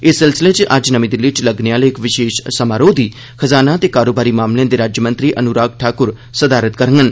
इस सिलसिले च अज्ज नमीं दिल्ली च लगने आले इक विषेश समारोह दी खजाना ते कारोबारी मामलें दे राज्यमंत्री अनुराग ठाकुर सदारत करगंन